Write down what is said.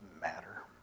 matter